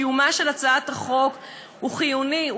קבלתה של הצעת החוק היא חיונית,